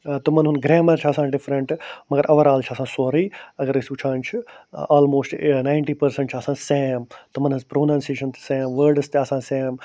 تِمن ہُنٛد گرٛیمر چھُ آسان ڈِفرںٛٹ مگر اَور آل چھُ آسان سورٕے اگر أسۍ وٕچھان چھِ آلموسٹ ناینٹی پٔرسنٛٹ چھِ آسان سیم تِمن ہٕنٛز پرٛونَنسیشَن تہِ سیم وٲڈٕس تہِ آسان سیم